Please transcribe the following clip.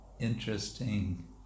interesting